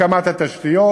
עם הקמת התשתיות,